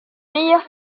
meilleure